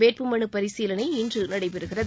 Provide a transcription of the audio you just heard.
வேட்பு மனு பரிசீலளை இன்று நடைபெறுகிறது